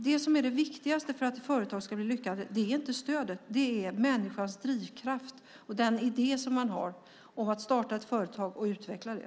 Det viktigaste för att ett företag ska bli lyckat är inte stödet utan människans drivkraft och den idé som man har om att starta ett företag och utveckla det.